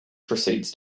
proceeds